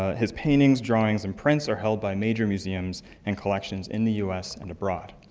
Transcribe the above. his paintings, drawings, and prints are held by major museums and collections in the us and abroad.